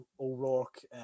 O'Rourke